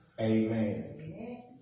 Amen